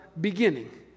beginning